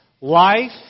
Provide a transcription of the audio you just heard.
Life